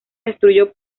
destruyó